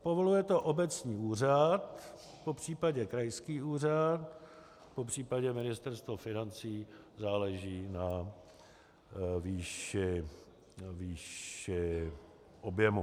Povoluje to obecní úřad, popřípadě krajský úřad, popřípadě Ministerstvo financí záleží na výši objemu.